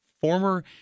former